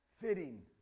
fitting